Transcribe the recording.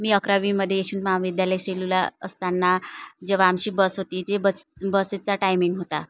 मी अकरावीमध्ये यशवंत महाविद्यालय सेलूला असताना जेव्हा आमची बस होती ते बस बसचा टायमिंग होता